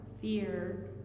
fear